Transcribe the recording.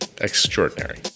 extraordinary